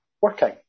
working